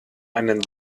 einen